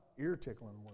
ear-tickling